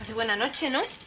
we're not you know